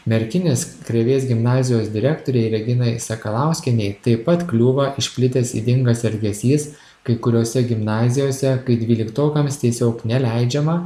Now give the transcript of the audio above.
merkinės krėvės gimnazijos direktorei reginai sakalauskienei taip pat kliūva išplitęs ydingas elgesys kai kuriose gimnazijose kai dvyliktokams tiesiog neleidžiama